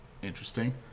Interesting